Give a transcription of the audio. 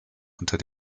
unter